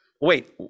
Wait